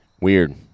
Weird